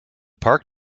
park